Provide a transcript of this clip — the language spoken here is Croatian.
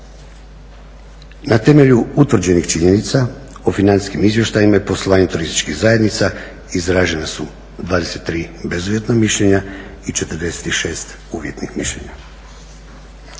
Na temelju utvrđenih činjenica o financijskim izvještajima i poslovanju turističkih zajednica izražena su 23 bezuvjetna mišljenja i 46 uvjetnih mišljenja.